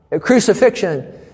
crucifixion